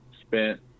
spent